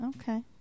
okay